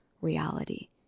reality